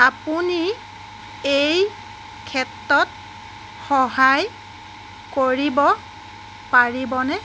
আপুনি এই ক্ষেত্ৰত সহায় কৰিব পাৰিবনে